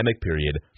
period